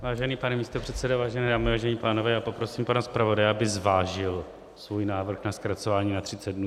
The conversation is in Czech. Vážený pane místopředsedo, vážené dámy, vážení pánové, já poprosím pana zpravodaje, aby zvážil svůj návrh na zkracování na třicet dnů.